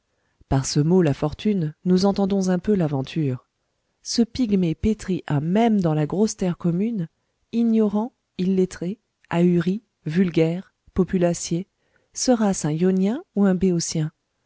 par ce mot la fortune nous entendons un peu l'aventure ce pygmée pétri à même dans la grosse terre commune ignorant illettré ahuri vulgaire populacier sera-ce un ionien ou un